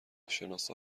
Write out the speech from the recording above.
شناسا